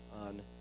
on